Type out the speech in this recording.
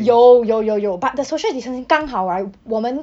有有有有 but the social distancing 刚好 right 我们